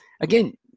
again